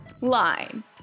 Line